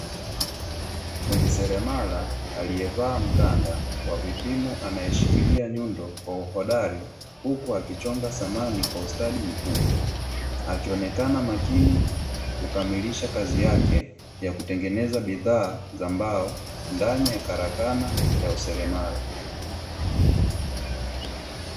Fundi seremala aliyevaa mkanda wa vipimo, anayeshikilia nyundo kwa uhodari huku akichonga samani kwa ustadi mkubwa, akionekana makini kukamilisha kazi yake ya kutengeneza bidhaa za mbao ndani ya karakana ya useremala.